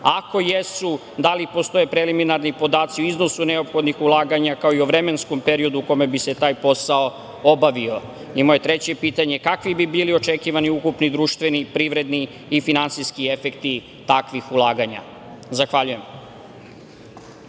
Ako jesu, da li postoje preliminarni podaci o iznosu neophodnih ulaganja, kao i o vremenskom periodu u kome bi se taj posao obavio? I moje treće pitanje, kakvi bi bili očekivani ukupni društveni, privredni i finansijski efekti takvih ulaganja? Zahvaljujem.